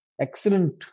Excellent